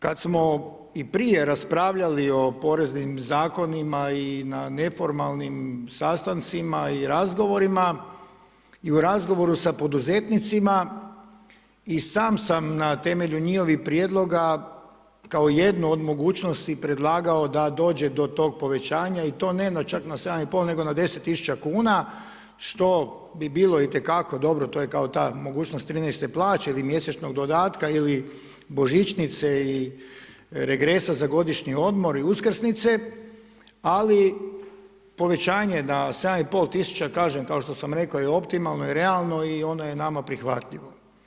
Kad smo i prije raspravljali o poreznim zakonima i na neformalnim sastancima i razgovorima i u razgovoru sa poduzetnicima i sam sam na temelju njihovih prijedloga kao jednu od mogućnosti predlagao da dođe do tog povećanja i to ne na čak na 7,5 nego na 10.000 kuna što bi bilo i te kako dobro to je kao ta mogućnost 13 plaće ili mjesečnog dodatka ili božićnice i regresa za godišnji odmor i uskrsnice, ali povećanje da 7.500 kažem kao što sam rekao je optimalno i realno i ono je nama prihvatljivo.